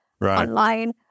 online